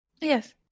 Yes